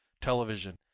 television